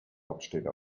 hauptstädte